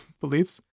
beliefs